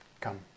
Come